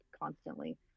constantly